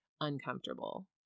uncomfortable